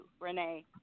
Renee